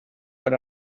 but